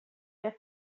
der